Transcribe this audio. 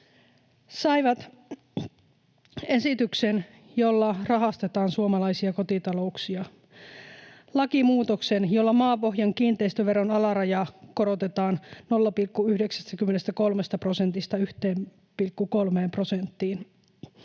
Saivat esityksen, jolla rahastetaan suomalaisia kotitalouksia, lakimuutoksen, jolla maapohjan kiinteistöveron alarajaa korotetaan 0,93 prosentista 1,3 prosenttiin.